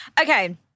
Okay